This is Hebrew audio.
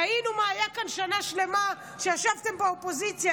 ראינו מה היה כאן שנה שלמה כשישבתם באופוזיציה,